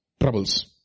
troubles